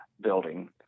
building